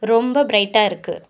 ரொம்ப ப்ரைட்டாக இருக்கு